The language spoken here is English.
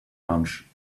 launch